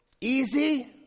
easy